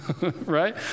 right